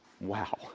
Wow